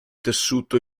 tessuto